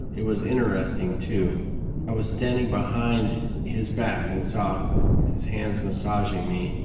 it was interesting, too i was standing behind his back and saw his hands massaging me,